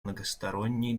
многосторонней